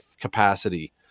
capacity